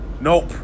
Nope